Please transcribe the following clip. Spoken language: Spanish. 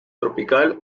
tropical